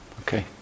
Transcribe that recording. Okay